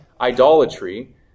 idolatry